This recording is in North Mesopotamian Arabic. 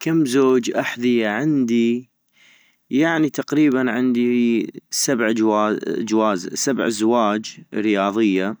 كم زوج احذية عندي ؟ يعني تقريبا عندي سبع جوا- جواز- زواج رياضية